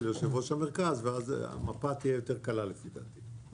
יושב-ראש המרכז ואז המפה תהיה יותר קלה לפי דעתי.